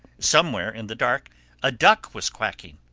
somewhere in the dark a duck was quacking,